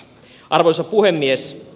arvoisa puhemies